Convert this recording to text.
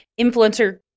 influencer